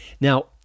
Now